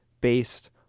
based